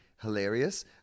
hilarious